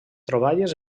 troballes